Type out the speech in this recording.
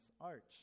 arch